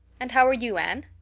and how are you, anne?